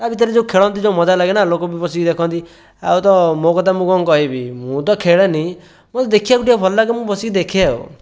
ତା ଭିତରେ ଯେଉଁ ଖେଳନ୍ତି ଯେଉଁ ମଜା ଲାଗେ ନା ଲୋକ ବି ବସିକି ଦେଖନ୍ତି ଆଉ ତ ମୋ କଥା ମୁଁ କଣ କହିବି ମୁଁ ତ ଖେଳେନି ମୋତେ ଦେଖିବାକୁ ଟିକିଏ ଭଲ ଲାଗେ ମୁଁ ବସିକି ଦେଖେ ଆଉ